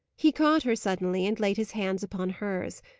he caught her suddenly, and laid his hands upon hers.